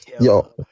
Yo